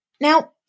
Now